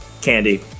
Candy